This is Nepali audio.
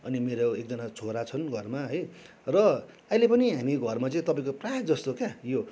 अनि मेरो एकजना छोरा छन् घरमा है र अहिले पनि हामी घरमा चाहिँ तपाईँको प्रायःजसो क्या यो